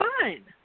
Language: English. fine